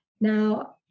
Now